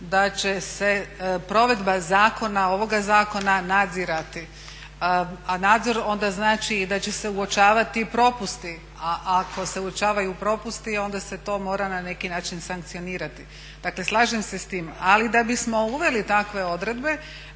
da će se provedba ovoga zakona nadzirati a nadzor onda znači da će se i uočavati propusti. A ako se uočavaju propusti onda se to mora na neki način sankcionirati. Dakle, slažem se s tim. Ali da bismo uveli takve odredbe